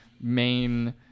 main